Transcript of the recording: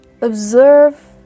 observe